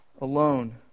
alone